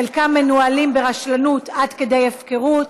חלקם מנוהלים ברשלנות עד כדי הפקרות.